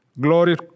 Glory